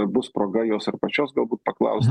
bus proga jos ar pačios galbūt paklaust